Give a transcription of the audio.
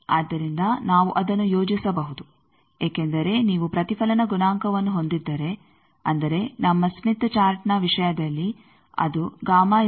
ಆದ್ದರಿಂದ ನಾವು ಅದನ್ನು ಯೋಜಿಸಬಹುದು ಏಕೆಂದರೆ ನೀವು ಪ್ರತಿಫಲನ ಗುಣಾಂಕವನ್ನು ಹೊಂದಿದ್ದರೆ ಅಂದರೆ ನಮ್ಮ ಸ್ಮಿತ್ ಚಾರ್ಟ್ ವಿಷಯದಲ್ಲಿ ಅದು ಆಗಿದೆ